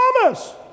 promise